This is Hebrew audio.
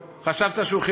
חשבת שהוא ערבי מוסלמי?